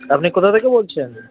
আপনি কোথা থেকে বলছেন